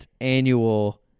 annual